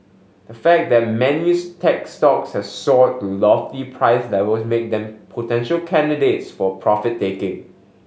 the fact that tech stocks have soared to lofty price levels make them potential candidates for profit taking